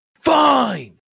fine